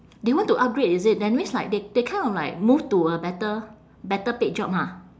they want to upgrade is it that means like th~ they kind of like move to a better better paid job ha